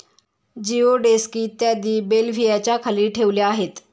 जिओडेक्स इत्यादी बेल्व्हियाच्या खाली ठेवल्या जातात